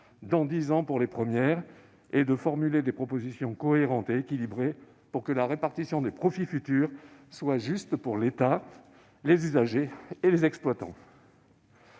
dans dix ans pour les premières, ainsi que de formuler des propositions cohérentes et équilibrées pour que la répartition des profits futurs soit juste pour l'État, les usagers et les exploitants.